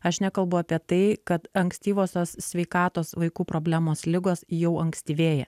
aš nekalbu apie tai kad ankstyvosios sveikatos vaikų problemos ligos jau ankstyvėja